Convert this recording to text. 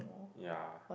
yea